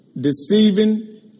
deceiving